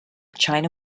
china